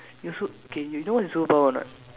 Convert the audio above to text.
you so K you know what's a superpower not